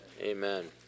Amen